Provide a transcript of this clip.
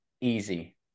easy